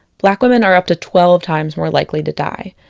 black women are up to twelve times more likely to die.